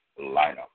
Lineup